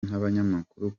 n’abanyamakuru